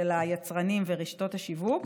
של היצרנים ורשתות השיווק.